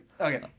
Okay